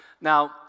Now